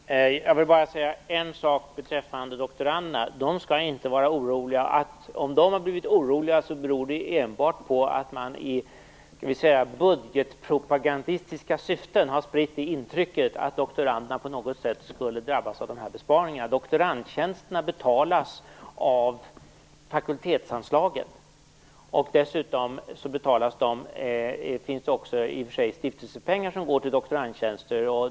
Fru talman! Jag vill bara säga en sak beträffande doktoranderna, och det är att de inte skall vara oroliga. Om de har blivit oroliga beror det enbart på att man i budgetpropagandistiska syften har spridit intrycket att doktoranderna på något sätt skulle drabbas av dessa besparingar. Doktorandtjänsterna betalas av fakultetsanslaget, och dessutom finns det också stiftelsepengar som går till doktorandtjänster.